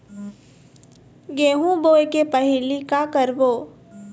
गेहूं बोए के पहेली का का करबो?